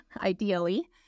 ideally